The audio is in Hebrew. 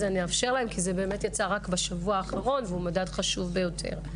ואני אאפשר להם כי זה יצא רק בשבוע האחרון הוא מדד חשוב ביותר.